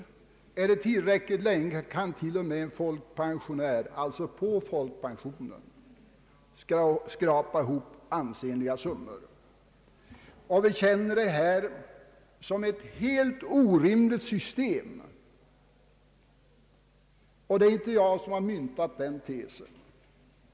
Varar det tillräckligt länge kan t.o.m. en folkpensionär enbart på folkpensionen skrapa ihop ansenliga summor. Vi betraktar detta som ett helt orimligt system. Det är inte jag som har myntat den tesen.